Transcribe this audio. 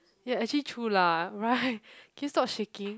ya actually true lah right can you stop shaking